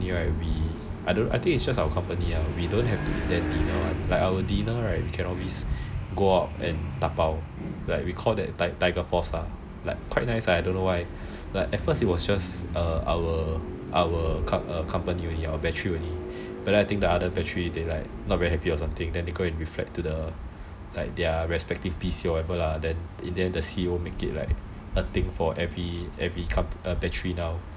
we I think it's just our company lah I think we don't have to attend dinner [one] our dinner we can always go out and dabao we call that tiger force ah like quite nice I don't know why at first it's just our company only battery only but then I think the other battery they like not very happy or something then they go and reflect to their respective P_C in the end the C_O make it a thing for every battery now